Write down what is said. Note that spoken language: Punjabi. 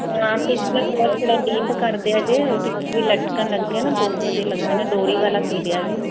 ਹਾਂ ਪਿਛਲੇ ਗਲਾ ਜਿਹੜਾ ਡੀਪ ਕਰਦੇ ਆ ਜੇ ਪਿੱਛੇ ਵੀ ਲਟਕਣ ਲੱਗ ਗਏ ਨਾ ਬਹੁਤ ਵਧੀਆ ਲੱਗਦੇ ਨੇ ਡੋਰੀ ਵਾਲਾ ਸੀਅ ਦਿਓ ਜੀ